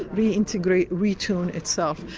reintegrate, retune itself.